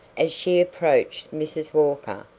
as she approached mrs. walker,